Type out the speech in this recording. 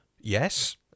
yes